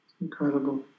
incredible